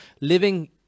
Living